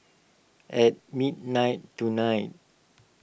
at midnight tonight